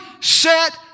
set